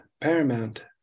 Paramount